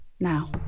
Now